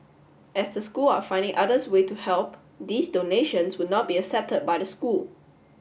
as the school are finding others way to help these donations would not be accepted by the school